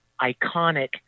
iconic